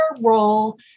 role